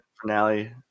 Finale